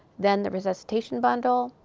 then the resuscitation bundle,